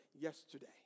yesterday